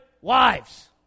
wives